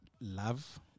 love